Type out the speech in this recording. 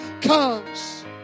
comes